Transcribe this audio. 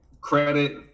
credit